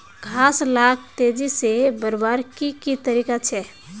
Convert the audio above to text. घास लाक तेजी से बढ़वार की की तरीका छे?